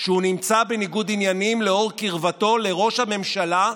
שהוא נמצא בניגוד עניינים לאור קרבתו לראש הממשלה,